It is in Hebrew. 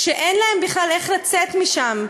כשאין להם בכלל איך לצאת משם,